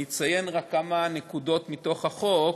אני אציין רק כמה נקודות מהחוק,